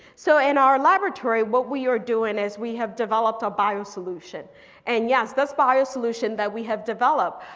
so in our laboratory what we are doing is we have developed a bio solution and yes this bio solution that we have develop.